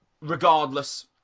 Regardless